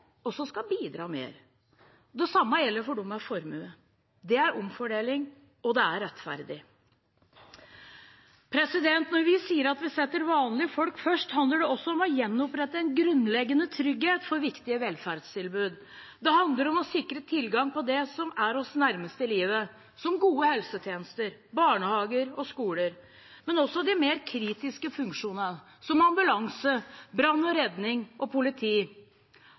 også skal bidra mer. Det samme gjelder for dem med formue. Det er omfordeling, og det er rettferdig. Når vi sier at vi setter vanlige folk først, handler det også om å gjenopprette en grunnleggende trygghet for viktige velferdstilbud. Det handler om å sikre tilgang på det som er oss nærmest i livet, som gode helsetjenester, barnehager og skoler, men også de mer kritiske funksjonene, som ambulanse, brann og redning og politi